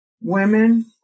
women